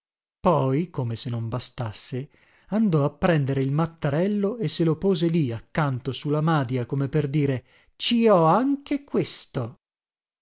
poi come se non bastasse andò a prendere il matterello e se lo pose lì accanto su la madia come per dire ci ho anche questo